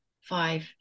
five